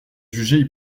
jugeait